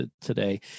today